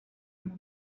mundo